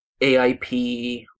AIP